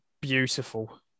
beautiful